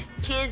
kids